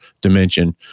dimension